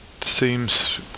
seems